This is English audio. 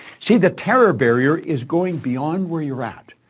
see, the terror barrier is going beyond where you're at,